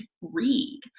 read